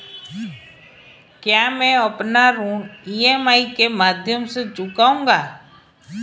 क्या मैं अपना ऋण ई.एम.आई के माध्यम से चुकाऊंगा?